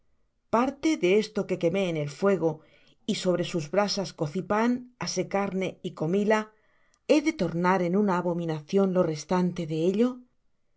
parte de esto quemé en el fuego y sobre sus brasas cocí pan asé carne y comíla he de tornar en una abominación lo restante de ello